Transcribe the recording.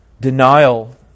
denial